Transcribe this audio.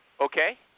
Okay